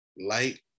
light